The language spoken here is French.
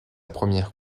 première